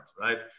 right